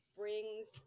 brings